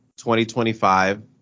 2025